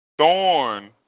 thorn